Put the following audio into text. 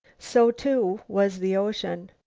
so, too, was the ocean.